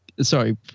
sorry